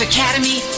Academy